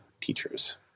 teachers